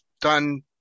done